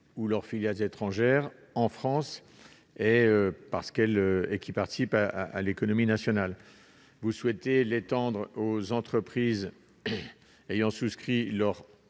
ou leurs filiales étrangères situées en France et qui participent à l'économie nationale. Vous souhaitez l'étendre aux entreprises ayant souscrit leur